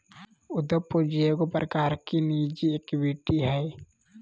उद्यम पूंजी एगो प्रकार की निजी इक्विटी हइ